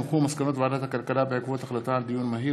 מסקנות ועדת הכלכלה בעקבות דיון מהיר